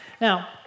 Now